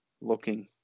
looking